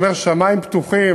כשאתה אומר "שמים פתוחים",